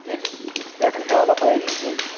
ییٚلہِ پؠٹھٕ جالہٕ بٲری گٔے